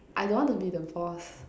I don't want to be the boss